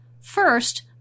First